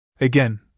Again